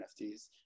nfts